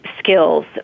skills